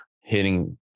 hitting